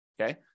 okay